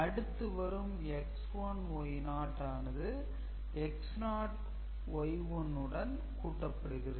அடுத்து வரும் X1 Y0 ஆனது X0 Y1 உடன் கூட்டப்படுகிறது